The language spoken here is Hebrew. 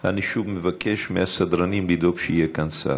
אני שוב מבקש מהסדרנים לדאוג שיהיה כאן שר,